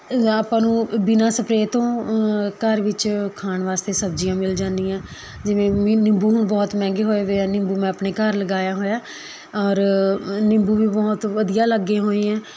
ਆਪਾਂ ਨੂੰ ਬਿਨਾਂ ਸਪਰੇਅ ਤੋਂ ਘਰ ਵਿੱਚ ਖਾਣ ਵਾਸਤੇ ਸਬਜ਼ੀਆਂ ਮਿਲ ਜਾਂਦੀਆਂ ਜਿਵੇਂ ਮੀ ਨਿੰਬੂ ਹੁਣ ਬਹੁਤ ਮਹਿੰਗੇ ਹੋਏ ਵੇ ਹੈ ਨਿੰਬੂ ਮੈਂ ਆਪਣੇ ਘਰ ਲਗਾਇਆ ਹੋਇਆ ਔਰ ਨਿੰਬੂ ਵੀ ਬਹੁਤ ਵਧੀਆ ਲੱਗੇ ਹੋਏ ਐਂ